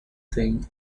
thing